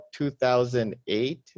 2008